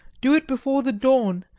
do it before the dawn,